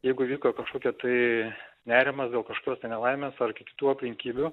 jeigu įvyko kažkokia tai nerimas dėl kažkokio nelaimės ar kitų aplinkybių